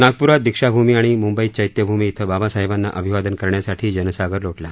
नागप्रात दीक्षाभूमी आणि म्ंबईत चैत्यभूमी इथं बाबासाहेबांना अभिवादन करण्यासाठी जनसागर लोटला